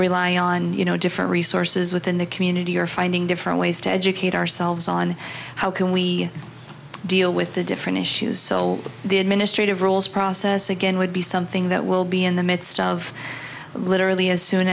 rely on you know different resources within the community or finding different ways to educate ourselves on how can we deal with the different issues so the administrative rules process again would be something that will be in the midst of literally as soon